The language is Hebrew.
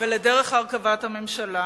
ולדרך הרכבת הממשלה.